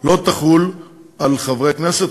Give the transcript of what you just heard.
לא יחול על חברי הכנסת.